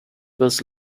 was